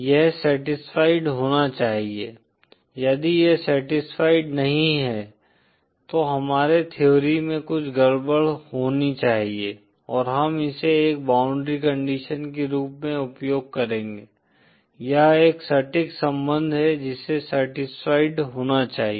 यह सटिस्फियड होना चाहिए यदि यह सटिस्फियड नहीं है तो हमारे थ्योरी में कुछ गड़बड़ होनी चाहिए और हम इसे एक बाउंड्री कंडीशन के रूप में उपयोग करेंगे यह एक सटीक संबंध है जिसे सटिस्फियड होना चाहिए